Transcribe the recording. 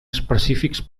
específics